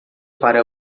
para